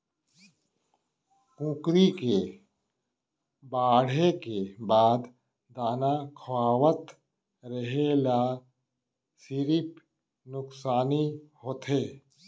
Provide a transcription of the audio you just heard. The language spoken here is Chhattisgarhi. कुकरी के बाड़हे के बाद दाना खवावत रेहे ल सिरिफ नुकसानी होथे